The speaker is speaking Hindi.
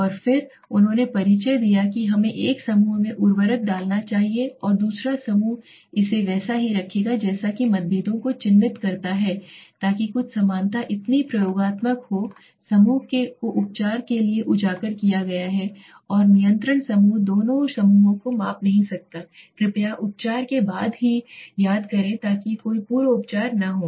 और फिर उन्होंने परिचय दिया कि हमें एक समूह में उर्वरक डालना चाहिए और दूसरा समूह इसे वैसा ही रखेगा जैसा कि मतभेदों को चिह्नित करना है ताकि कुछ समानता इतनी प्रयोगात्मक हो समूह को उपचार के लिए उजागर किया गया है और नियंत्रण समूह दोनों समूहों पर माप नहीं है कृपया उपचार के बाद ही याद करें ताकि यहाँ कोई पूर्व उपचार न हो